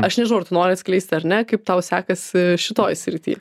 aš nežinau ar tu nori atskleisti ar ne kaip tau sekasi šitoj srity